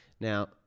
Now